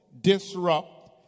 disrupt